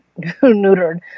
neutered